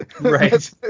Right